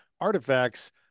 artifacts